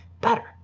better